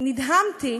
נדהמתי